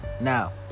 now